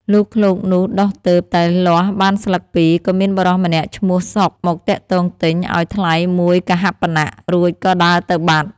លុះឃ្លោកនោះដុះទើបតែលាស់បានស្លឹកពីរ ក៏មានបុរសម្នាក់ឈ្មោះ សុខ មកទាក់ទងទិញ ឱ្យថ្លៃមួយកហាបណៈ រួចក៏ដើរទៅបាត់។